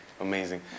amazing